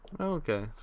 Okay